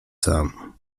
sam